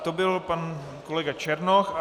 To byl pan kolega Černoch.